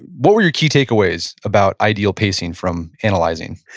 what were your key takeaways about ideal pacing from analyzing?